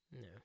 No